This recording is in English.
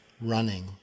running